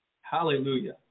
Hallelujah